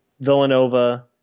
Villanova